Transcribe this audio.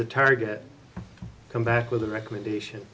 the target come back with a recommendation